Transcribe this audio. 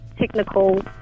technical